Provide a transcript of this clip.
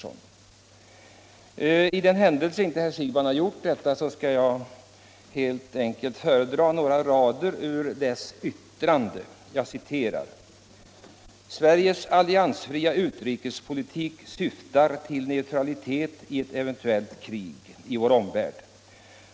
För den händelse herr Siegbahn inte gjort det skall jag be att få föredra några rader ur detta yttrande: ”Sveriges alliansfria utrikespolitik syftar till neutralitet i ett eventuellt krig i vår omvärld.